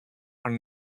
are